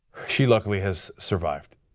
she, luckily, has survived.